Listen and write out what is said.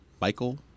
Michael